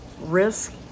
risk